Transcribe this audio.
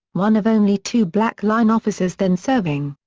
one of only two black line officers then serving.